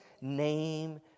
name